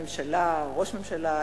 הממשלה או ראש הממשלה,